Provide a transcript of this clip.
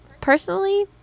personally